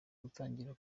gutangira